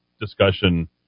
discussion